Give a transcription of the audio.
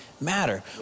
matter